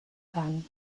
then